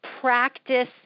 practice